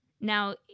Now